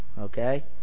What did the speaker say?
okay